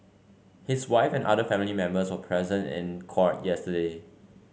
his wife and other family members were present in court yesterday